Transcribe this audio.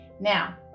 Now